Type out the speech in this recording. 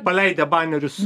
paleidę banerius